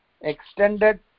extended